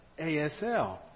ASL